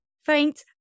Faint